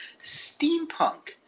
steampunk